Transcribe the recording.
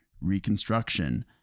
Reconstruction